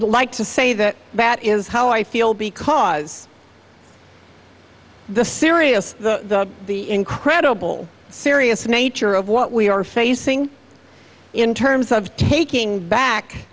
like to say that that is how i feel because the serious the incredible serious nature of what we are facing in terms of taking back